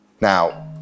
now